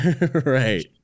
Right